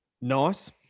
nice